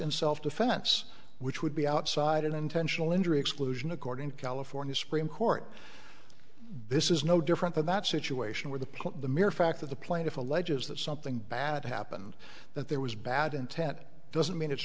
in self defense which would be outside an intentional injury exclusion according to california supreme court this is no different than that situation where the point the mere fact that the plaintiff alleges that something bad happened that there was bad intent doesn't mean it's